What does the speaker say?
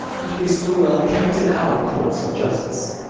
and to be so well kept in our courts of justice!